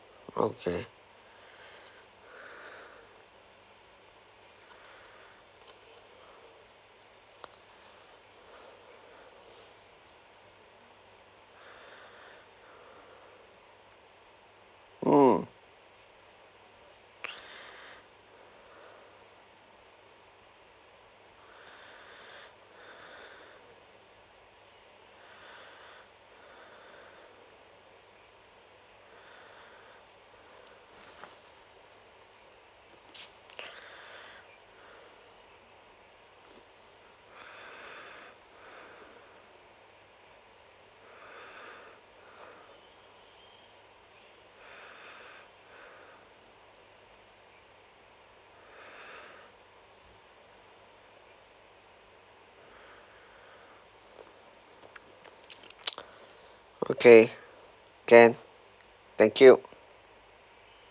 okay mm okay can thank you